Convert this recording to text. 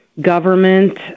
government